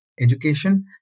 education